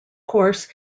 course